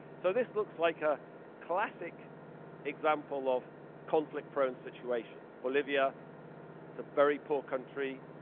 so this looks like a classic example of conflict prone situation. bolivia is a very poor country,